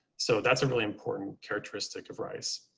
so that's a really important characteristic of rice.